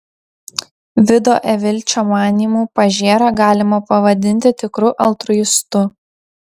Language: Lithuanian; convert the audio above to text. vido evilčio manymu pažėrą galima pavadinti tikru altruistu